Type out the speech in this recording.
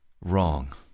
Wrong